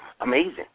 amazing